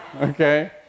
okay